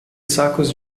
sacos